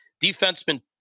Defenseman